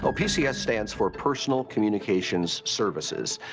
ah pcs stands for personal communications services.